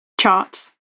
charts